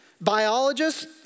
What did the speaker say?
biologists